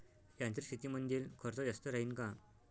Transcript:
यांत्रिक शेतीमंदील खर्च जास्त राहीन का?